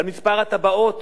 על מספר התב"עות